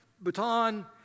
baton